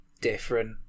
different